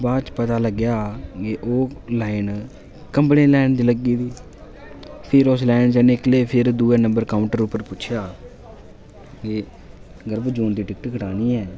बाद च पता लग्गेआ की ओह् लाईन कम्बल लैन दी लग्गी दी फिर उस लाईन चा निकले फिर दूए नम्बर काऊंटर उप्पर पुच्छेआ कि गर्भ जून दी टिक्ट कटानी ऐ